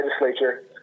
Legislature